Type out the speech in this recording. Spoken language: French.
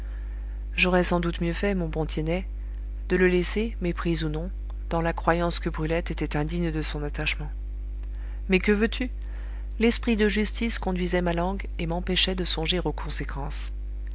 j'aurais sans doute mieux fait mon bon tiennet de le laisser méprise ou non dans la croyance que brulette était indigne de son attachement mais que veux-tu l'esprit de justice conduisait ma langue et m'empêchait de songer aux conséquences